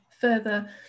further